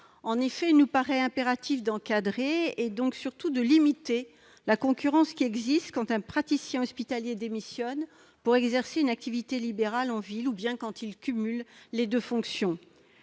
En effet, il nous paraît impératif d'encadrer et surtout de limiter la concurrence qui existe quand un praticien hospitalier démissionne pour exercer une activité libérale en ville ou bien quand il cumule les deux fonctions.